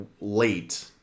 late